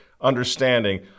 understanding